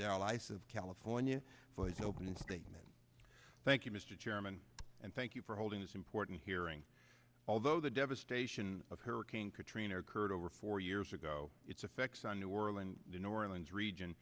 dallas of california for his opening statement thank you mr chairman and thank you for holding this important hearing although the devastation of hurricane katrina occurred over four years ago its affects on new orleans the new orleans region